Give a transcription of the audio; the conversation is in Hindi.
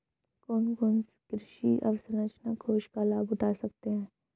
कौन कौन कृषि अवसरंचना कोष का लाभ उठा सकता है?